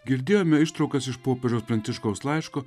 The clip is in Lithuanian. girdėjome ištraukas iš popiežiaus pranciškaus laiško